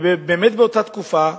ובאמת באותה תקופה,